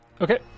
Okay